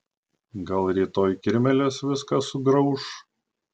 gal rytoj kirmėlės viską sugrauš